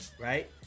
right